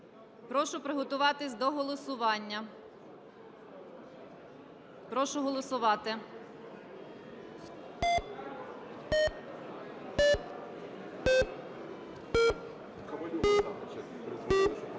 Прошу приготуватись до голосування. Прошу голосувати.